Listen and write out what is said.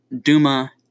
Duma